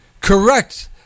correct